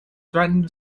threatened